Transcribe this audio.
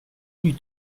lui